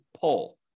pull